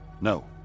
no